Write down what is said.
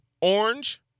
orange